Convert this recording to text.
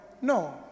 No